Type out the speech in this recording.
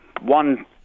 one